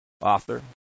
Author